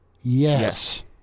Yes